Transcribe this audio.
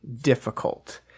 difficult